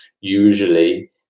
usually